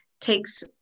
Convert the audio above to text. Takes